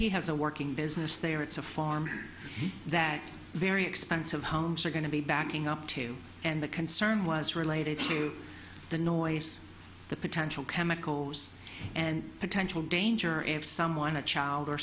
he has a working business there it's a farm that very expensive homes are going to be backing up to and the concern was related to the noise the potential chemicals and potential danger and someone a child or